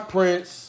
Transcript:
Prince